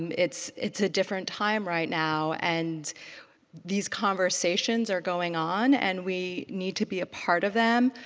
um it's it's a different time right now and these conversations are going on and we need to be a part of them.